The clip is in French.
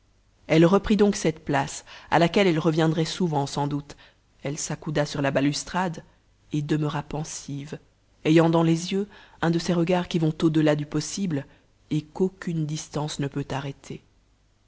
elle reprit donc cette place à laquelle elle reviendrait souvent sans doute elle s'accouda sur la balustrade et demeura pensive ayant dans les yeux un de ces regards qui vont au delà du possible et qu'aucune distance ne peut arrêter